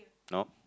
nope